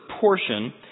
portion